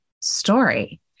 story